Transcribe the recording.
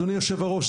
אדוני יושב הראש,